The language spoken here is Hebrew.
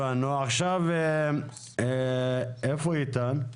איפה איתן?